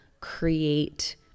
create